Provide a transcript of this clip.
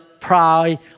pride